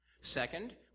Second